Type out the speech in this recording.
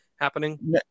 happening